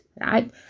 right